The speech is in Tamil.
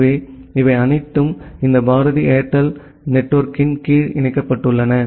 எனவே அவை அனைத்தும் இந்த பாரதி ஏர்டெல் நெட்வொர்க்கின் கீழ் இணைக்கப்பட்டுள்ளன